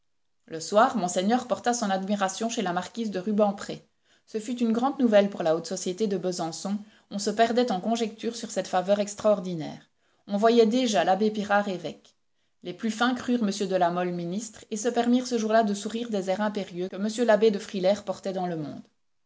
le soir monseigneur porta son admiration chez la marquise de rubempré ce fut une grande nouvelle pour la haute société de besançon on se perdait en conjectures sur cette faveur extraordinaire on voyait déjà l'abbé pirard évêque les plus fins crurent m de la mole ministre et se permirent ce jour-là de sourire des airs impérieux que m l'abbé de frilair portait dans le monde